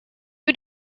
who